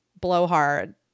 blowhard